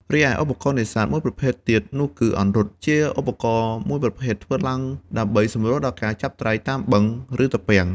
រីឯឧបករណ៍នេសាទមួយប្រភេទទៀតនោះគឹ អង្រុត ជាឧបករណ៍មួយប្រភេទធ្វើឡើងដើម្បីសម្រួលដល់ការចាប់ត្រីតាមបឹង ឬត្រពាំង។